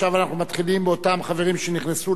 עכשיו אנחנו מתחילים באותם חברים שנכנסו